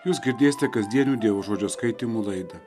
jūs girdėsite kasdienių dievo žodžio skaitymų laidą